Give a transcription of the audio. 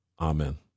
Amen